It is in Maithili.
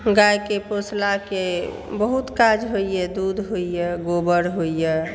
गायके पोसलाके बहुत काज होइ यऽ दूध होइ यऽ गोबर होइ यऽ